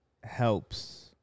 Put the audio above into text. helps